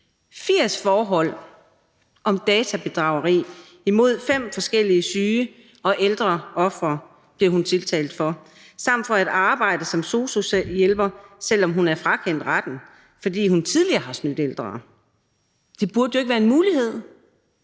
80 forhold om databedrageri imod fem forskellige syge og ældre ofre blev hun tiltalt for samt for at arbejde som sosu-hjælper, selv om hun er frakendt retten, fordi hun tidligere har snydt ældre. Det burde ikke være en mulighed,